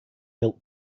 built